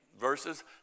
verses